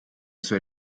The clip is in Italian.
sua